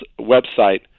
website